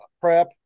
prep